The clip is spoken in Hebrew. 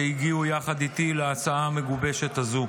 שהגיעו יחד איתי להצעה המגובשת הזו.